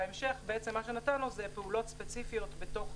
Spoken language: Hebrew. בהמשך נתנו פעולות ספציפיות בתוך